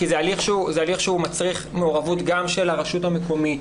כי זה הליך שהוא מצריך מעורבות גם של הרשות המקומית.